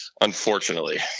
Unfortunately